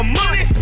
money